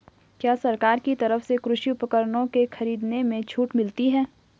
क्या सरकार की तरफ से कृषि उपकरणों के खरीदने में छूट मिलती है?